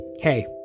Hey